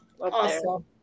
Awesome